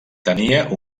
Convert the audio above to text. tenia